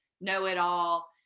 know-it-all